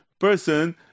Person